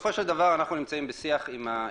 בסופו של דבר, אנחנו נמצאים בשיח עם הארגונים.